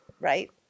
right